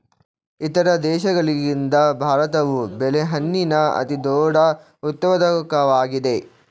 ಇತರ ದೇಶಗಳಿಗಿಂತ ಭಾರತವು ಬಾಳೆಹಣ್ಣಿನ ಅತಿದೊಡ್ಡ ಉತ್ಪಾದಕವಾಗಿದೆ